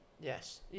Yes